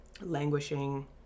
languishing